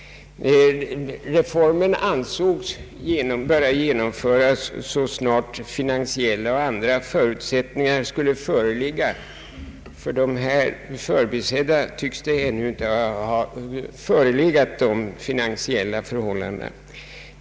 Reformen ansågs böra genomföras så snart finansiella och andra förutsättningar skulle föreligga. För de här förbisedda grupperna tycks det ännu inte ha förelegat sådana finansiella förhållanden.